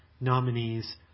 nominees